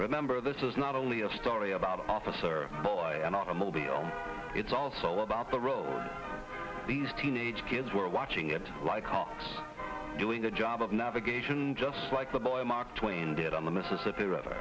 remember this is not only a story about office or an automobile it's also about the role these teenage kids were watching it like doing the job of navigation just like the boy mark twain did on the mississippi river